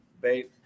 babe